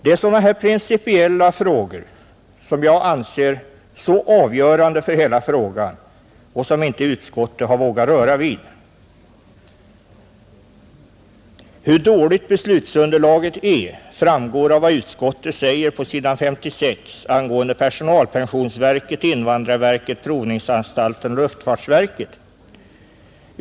Det är sådana här principiella frågor som jag anser så avgörande för hela problemet och som inte utskottet har vågat röra vid. Hur dåligt beslutsunderlaget är framgår av vad utskottet säger på s. 56 angående personalpensionsverket, invandrarverket, provningsanstalten och luftfartsverket.